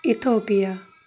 Ethiopia